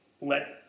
let